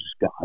God